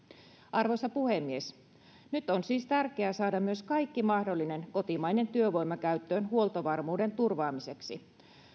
arvoisa puhemies nyt on siis tärkeää saada myös kaikki mahdollinen kotimainen työvoima käyttöön huoltovarmuuden turvaamiseksi